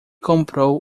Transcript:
comprou